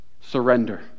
Surrender